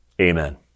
Amen